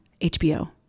HBO